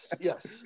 yes